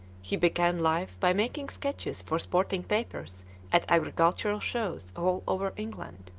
he began life by making sketches for sporting papers at agricultural shows all over england.